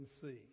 see